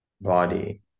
body